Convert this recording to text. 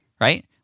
right